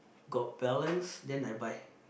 got balance then I buy